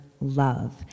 Love